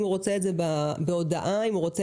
אם הוא רוצה את זה בהודעה או במייל,